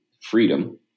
freedom